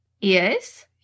Yes